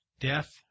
death